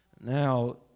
Now